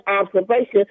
observation